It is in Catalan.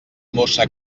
mossa